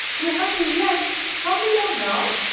we're hungry yet! can't we go now?